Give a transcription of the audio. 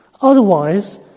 Otherwise